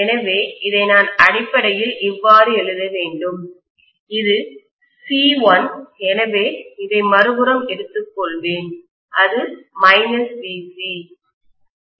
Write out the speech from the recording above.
எனவே இதை நான் அடிப்படையில் இவ்வாறு எழுத வேண்டும் இது C1 எனவே இதை மறுபுறம் எடுத்துக்கொள்வேன் இது VC